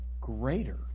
greater